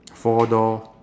four door